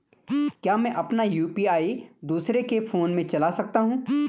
क्या मैं अपना यु.पी.आई दूसरे के फोन से चला सकता हूँ?